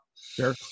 sure